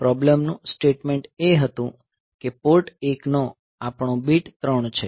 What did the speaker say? problem નું statement એ હતું કે પોર્ટ 1 નો આપણો બીટ 3 છે